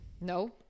no